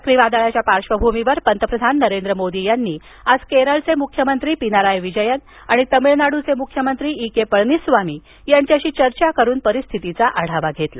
चक्रीवादळाच्या पार्श्वभूमीवर पंतप्रधान नरेंद्र मोदी यांनी आज केरळचे मुख्यमंत्री पिनारायी विजयन आणि तामिळनाडूचे मुख्यमंत्री ई के पळणीस्वामी यांच्याशी चर्चा करून परिस्थितीचा आढावा घेतला